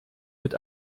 mit